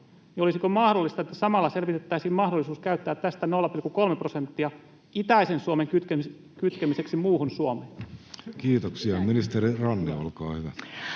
olisiko mahdollista, että samalla selvitettäisiin mahdollisuus käyttää tästä 0,3 prosenttia itäisen Suomen kytkemiseksi muuhun Suomeen? [Speech 56] Speaker: Jussi Halla-aho